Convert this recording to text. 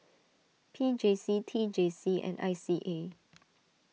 P J C T J C and I C A